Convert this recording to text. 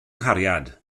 nghariad